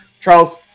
Charles